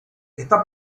esta